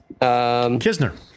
Kisner